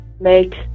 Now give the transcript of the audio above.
make